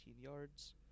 yards